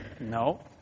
No